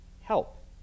help